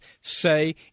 say